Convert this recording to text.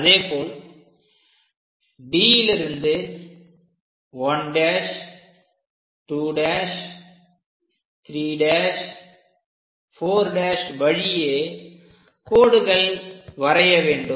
அதேபோல் Dலிருந்து 1'2'3'4' வழியே கோடுகள் வரைய வேண்டும்